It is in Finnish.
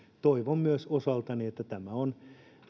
toivon myös osaltani että tämä on